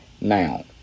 Now